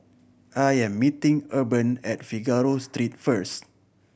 I am meeting Urban at Figaro Street first